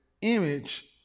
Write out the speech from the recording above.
image